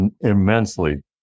immensely